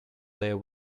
there